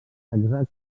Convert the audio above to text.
exactes